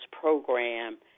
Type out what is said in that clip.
program